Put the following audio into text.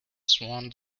sworn